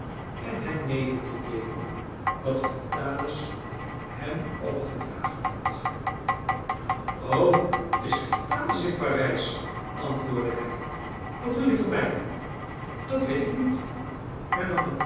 en hem mede te deelen wat vitalis hem opgedragen had o is vitalis in parijs antwoordde hij wat wil hij van mij dat weet ik niet hernam mattia